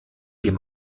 dem